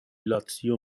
لاتزیو